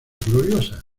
gloriosas